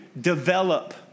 develop